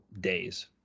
days